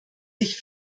sich